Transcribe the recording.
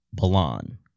Balan